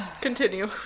continue